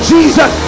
Jesus